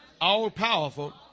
all-powerful